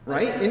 Right